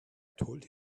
told